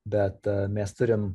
bet mes turim